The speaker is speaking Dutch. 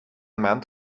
maand